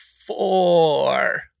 Four